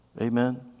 Amen